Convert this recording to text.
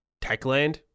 Techland